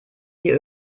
hier